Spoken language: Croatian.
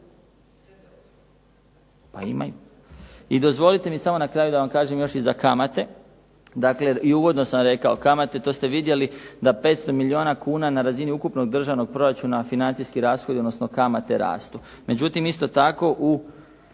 tamo. I dozvolite mi samo na kraju da vam kažem još i za kamate. Dakle i uvodno sam rekao, kamate to ste vidjeli, da 500 milijuna kuna na razini ukupnog državnog proračuna financijski rashodi odnosno kamate rastu. Međutim, isto tako u